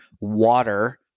water